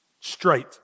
straight